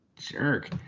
jerk